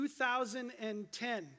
2010